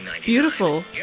Beautiful